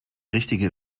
richtige